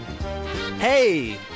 Hey